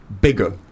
bigger